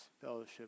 fellowship